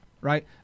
right